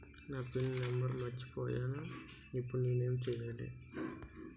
నా pin number మర్చిపోయాను ఇప్పుడు నేను ఎంచేయాలి?